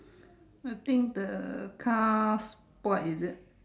I think the car spoiled is it